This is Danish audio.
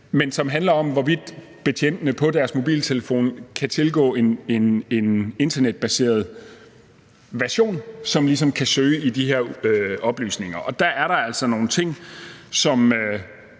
Det handler om, hvorvidt betjentene på deres mobiltelefon kan tilgå en internetbaseret version, som ligesom kan søge i de her oplysninger. Der er der altså nogle ting, som